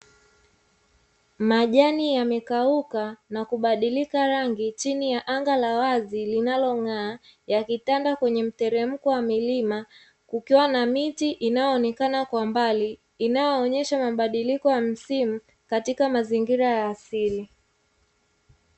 Majani yamekauka na kubadilika rangi chini ya anga linalingana yakitanda kwenye mteremko wa mlima